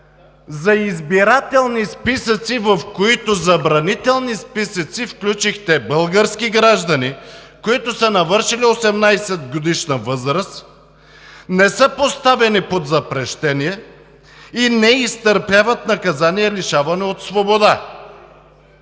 за избирателни списъци, в които забранителни списъци включихте български граждани, които са навършили 18-годишна възраст, не са поставени под запрещение и не изтърпяват наказание лишаване от свобода,